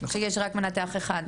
שיש רק מנתח אחד.